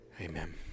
Amen